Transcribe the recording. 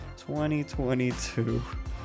2022